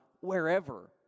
wherever